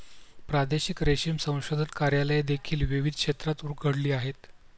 प्रादेशिक रेशीम संशोधन कार्यालये देखील विविध क्षेत्रात उघडली आहेत